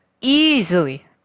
easily